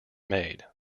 made